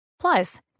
plus